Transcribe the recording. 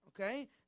okay